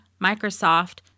Microsoft